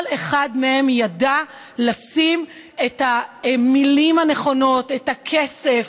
כל אחד מהם ידע לשים את המילים הנכונות, את הכסף,